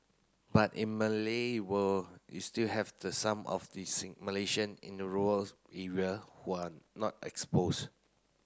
but in Malay world you still have the some of the Malaysian in rural area who are not exposed